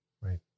right